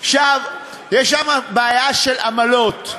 יש שם בעיה של עמלות.